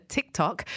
TikTok